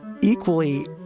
equally